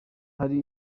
hari